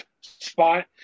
spot